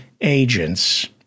agents